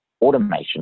automation